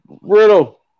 Riddle